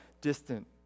distant